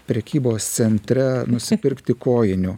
prekybos centre nusipirkti kojinių